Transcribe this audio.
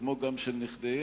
כמו גם של נכדיהם,